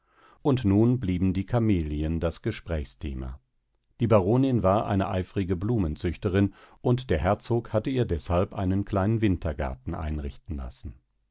und nun blieben die kamelien das gesprächsthema die baronin war eine eifrige blumenzüchterin und der herzog hatte ihr deshalb einen kleinen wintergarten einrichten lassen